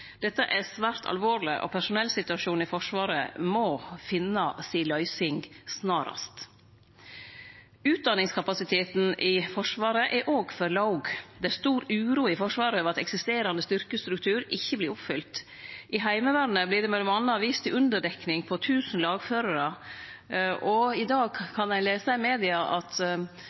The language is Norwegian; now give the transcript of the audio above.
Dette er svært alvorleg, og personellsituasjonen i Forsvaret må finne si løysing snarast. Utdanningskapasiteten i Forsvaret er òg for låg. Det er stor uro i Forsvaret over at den eksisterande styrkestrukturen ikkje vert oppfylt. I Heimevernet vert det m.a. vist til ei underdekning på 1 000 lagførarar, og i dag kan ein lese i media at